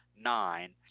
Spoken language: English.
nine